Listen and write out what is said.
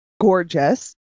gorgeous